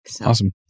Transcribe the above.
Awesome